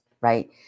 right